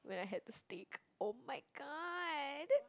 when I had the steak [oh]-my-god